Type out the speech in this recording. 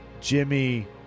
Jimmy